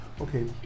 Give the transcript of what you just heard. Okay